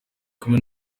kumwe